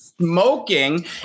smoking